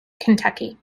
kentucky